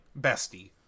bestie